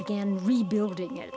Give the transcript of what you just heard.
began rebuilding it